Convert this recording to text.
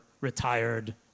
retired